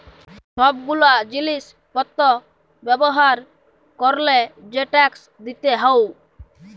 সব গুলা জিলিস পত্র ব্যবহার ক্যরলে যে ট্যাক্স দিতে হউ